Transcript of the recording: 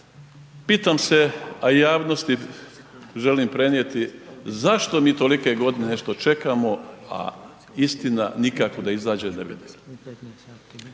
pitam se a javnosti želim prenijeti zašto mi tolike godine nešto čekamo a istina nikako da izađe na vidjelo?